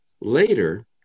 later